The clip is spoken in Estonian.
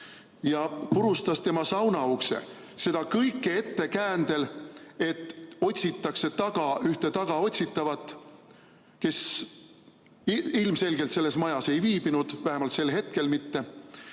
ja purustas tema saunaukse. Seda kõike ettekäändel, et otsitakse taga ühte tagaotsitavat, kes ilmselgelt selles majas ei viibinud, vähemalt sel hetkel mitte.